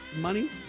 money